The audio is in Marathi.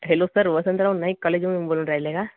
हॅलो सर वसंतराव नाईक कॉलेजमधून बोलून राहिले का